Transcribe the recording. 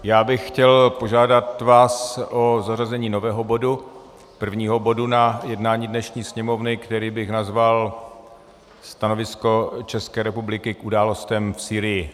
Já bych vás chtěl požádat o zařazení nového bodu, prvního bodu na jednání dnešní Sněmovny, který bych nazval Stanovisko České republiky k událostem v Sýrii.